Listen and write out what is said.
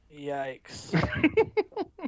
Yikes